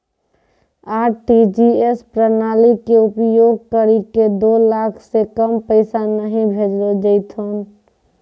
RTGS प्रणाली के उपयोग करि के दो लाख से कम पैसा नहि भेजलो जेथौन